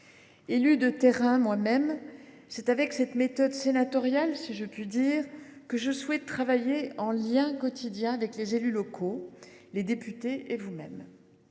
Élue de terrain, c’est avec cette méthode sénatoriale, si je puis dire, que je souhaite travailler en lien quotidien avec les élus locaux, les députés et vous mêmes.